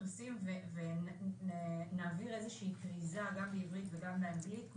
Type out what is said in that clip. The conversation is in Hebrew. ונעביר כריזה בעברית ובאנגלית,